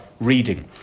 reading